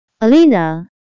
Alina